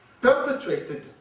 perpetrated